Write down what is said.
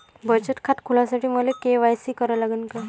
बचत खात खोलासाठी मले के.वाय.सी करा लागन का?